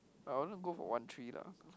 I wanted go for one three lah